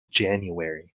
january